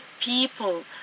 people